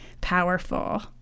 powerful